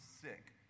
sick